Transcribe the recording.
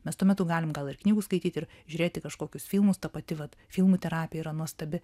mes tuo metu galim gal ir knygų skaityt ir žiūrėti kažkokius filmus ta pati vat filmų terapija yra nuostabi